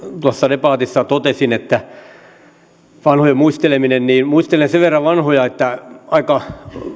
debatissa totesin vanhojen muistelemisesta muistelen sen verran vanhoja että aika